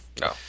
No